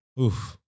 Oof